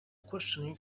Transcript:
questioning